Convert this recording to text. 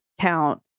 count